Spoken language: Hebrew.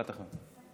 משפט אחרון.